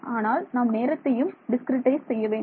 ஆனால் நாம் நேரத்தையும் டிஸ்கிரிட்டைஸ் செய்ய வேண்டும்